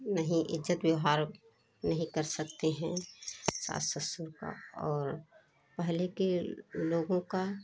नहीं इज्ज़त व्यवहार नहीं कर सकते हैं सास ससुर का और पहले के लोगों का